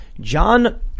John